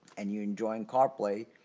and you're enjoying carplay.